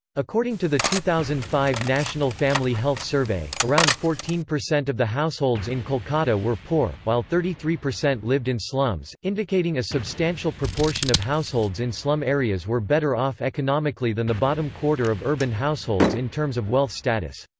according to the two thousand and five national family health survey, around fourteen percent of the households in kolkata were poor, while thirty three percent lived in slums, indicating a substantial proportion of households in slum areas were better off economically than the bottom quarter of urban households in terms of wealth status.